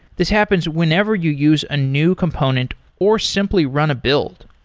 this happens whenever you use a new component or simply run a build.